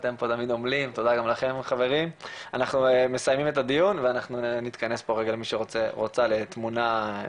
אנחנו מסיימים את הדיון ואנחנו נתכנס פה רגע למי שרוצה לתמונה משותפת,